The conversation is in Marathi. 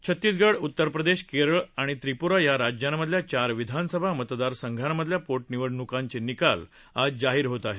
छत्तीसगड उत्तरप्रदेश केरळ आणि त्रिपूरा या राज्यांमधल्या चार विधानसभा मतदारसंघांमधल्या पोटनिवडणुकांचे निकाल आज जाहीर होत आहेत